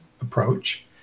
approach